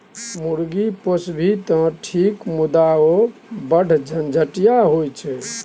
मुर्गी पोसभी तँ ठीक मुदा ओ बढ़ झंझटिया होए छै